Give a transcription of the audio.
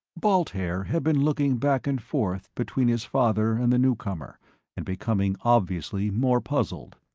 balt haer had been looking back and forth between his father and the newcomer and becoming obviously more puzzled.